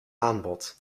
aanbod